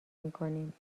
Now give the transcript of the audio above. میکنیم